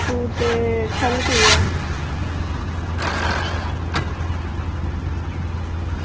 ठीक ते ख'ल्ल केह् ऐ